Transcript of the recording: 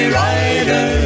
rider